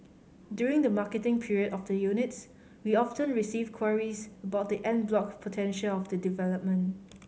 during the marketing period of the units we often receive queries about the en bloc potential of the development